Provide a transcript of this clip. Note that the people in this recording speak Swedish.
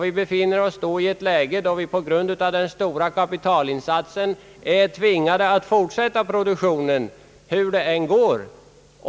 Vi befinner oss då i ett läge där vi på grund av den stora kapitalinsatsen är tvingade ätt: fortsätta produktionen hur det än går.